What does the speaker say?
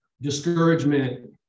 discouragement